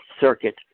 circuit